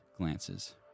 glances